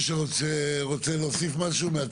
שרוצה להוסיף משהו?